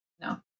no